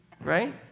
Right